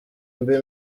mbe